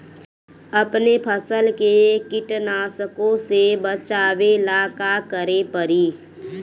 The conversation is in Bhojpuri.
अपने फसल के कीटनाशको से बचावेला का करे परी?